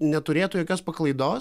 neturėtų jokios paklaidos